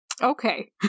Okay